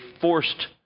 forced